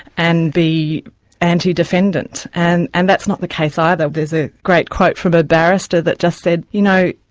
and be anti-defendant, and and that's not the case either. there's a great quote from a barrister that just said, you know,